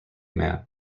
man